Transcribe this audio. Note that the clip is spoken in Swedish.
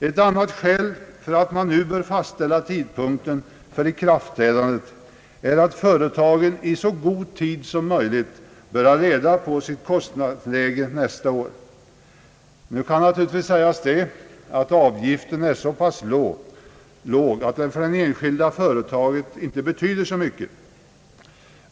Ett annat skäl till att man nu bör fastställa tidpunkten för ikraftträdandet är att företagen i så god tid som möjligt bör ha reda på sitt kostnadsläge nästa år. Det kan naturligtvis sägas att avgiften är så pass låg att den för det enskilda företaget inte betyder så mycket.